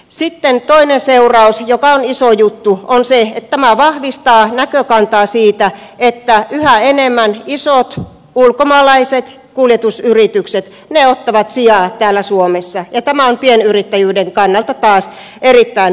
sitten toinen seuraus joka on iso juttu on se että tämä vahvistaa näkökantaa siitä että yhä enemmän isot ulkomaalaiset kuljetusyritykset ottavat sijaa täällä suomessa ja tämä on pienyrittäjyyden kannalta taas erittäin huono asia